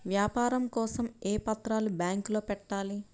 వ్యాపారం కోసం ఏ పత్రాలు బ్యాంక్లో పెట్టాలి?